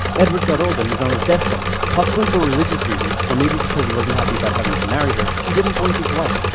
edward got old and he's on his deathbed. possibly for religious reasons, or maybe because he wasn't happy about having to marry her, he didn't boink his wife.